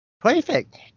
Perfect